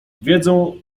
wiedzą